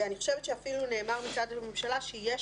אני חושבת שאפילו נאמר מצד הממשלה שיש